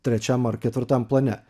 trečiam ar ketvirtam plane